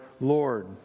Lord